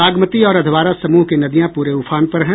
बागमती और अधवारा समूह की नदियां पूरे उफान पर हैं